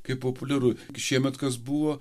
kaip populiaru šiemet kas buvo